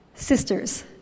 Sisters